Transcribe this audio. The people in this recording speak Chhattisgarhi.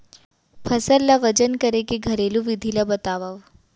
फसल ला वजन करे के घरेलू विधि ला बतावव?